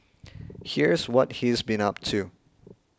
here's what he's been up to